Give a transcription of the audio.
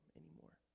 anymore